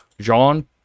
Jean